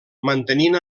mantenint